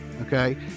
Okay